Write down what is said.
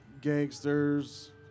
gangsters